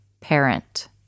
parent